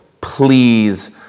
please